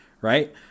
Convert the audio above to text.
Right